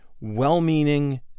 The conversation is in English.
well-meaning